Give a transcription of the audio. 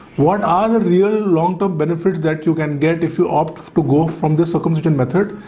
what are the real long term benefits that you can get if you opt to go from the circumcision method?